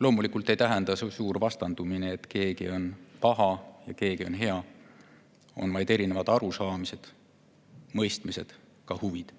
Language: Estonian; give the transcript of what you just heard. Loomulikult ei tähenda see suur vastandumine, et keegi on paha ja keegi on hea, on vaid erinevad arusaamised ja mõistmised, ka huvid.